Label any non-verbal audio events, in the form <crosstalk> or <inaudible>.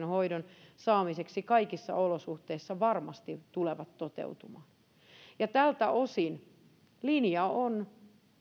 <unintelligible> hoidon saamiseksi kaikille suomalaisille kaikissa olosuhteissa varmasti tulevat toteutumaan tältä osin linja on